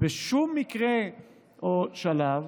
בשום מקרה או שלב